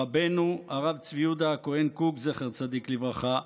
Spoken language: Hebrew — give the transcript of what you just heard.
רבנו, הרב צבי יהודה הכהן קוק, זכר צדיק לברכה,